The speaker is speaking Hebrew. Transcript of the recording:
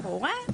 אח או הורה,